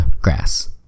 grass